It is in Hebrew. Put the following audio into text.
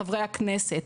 חברי הכנסת.